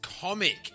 comic